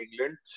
England